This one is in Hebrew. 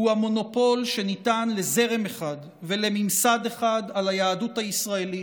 הוא המונופול שניתן לזרם אחד ולממסד אחד על היהדות הישראלית,